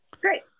great